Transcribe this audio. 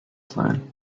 sein